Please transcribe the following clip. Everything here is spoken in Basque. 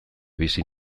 bizi